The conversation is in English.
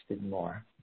more